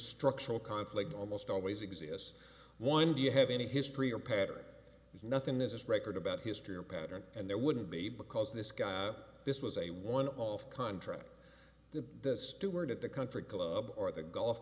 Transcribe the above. structural conflict almost always exists one do you have any history or pattern there's nothing this record about history or pattern and there wouldn't be because this guy this was a one off contract the steward at the country club or the gulf